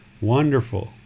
wonderful